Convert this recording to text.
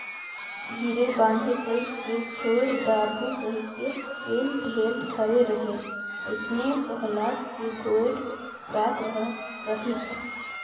धीरे बांधे कइरके छोएड दारहूँ कहिके बेल भेर धरे रहें अइसने पहलाद के गोएड बात हर रहिस